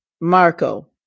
Marco